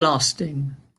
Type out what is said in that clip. lasting